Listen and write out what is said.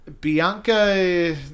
Bianca